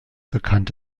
bekannt